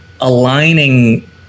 aligning